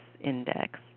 index